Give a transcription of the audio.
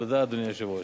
תודה, אדוני היושב-ראש.